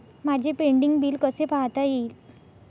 माझे pending bill कसे पाहता येईल?